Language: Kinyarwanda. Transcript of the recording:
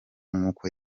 nkuko